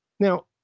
Now